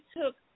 took